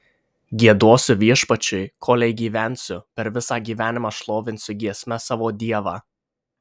giedosiu viešpačiui kolei gyvensiu per visą gyvenimą šlovinsiu giesme savo dievą